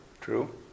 True